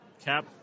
Cap